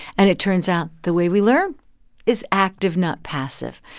and it turns out the way we learn is active, not passive.